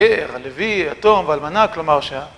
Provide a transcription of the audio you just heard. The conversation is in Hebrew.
הגר, הלוי, היתום והאלמנה, כלומר שה...